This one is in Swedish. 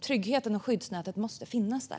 Tryggheten och skyddsnätet måste alltid finnas där.